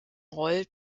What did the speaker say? roll